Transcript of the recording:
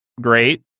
Great